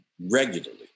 regularly